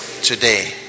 today